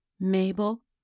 Mabel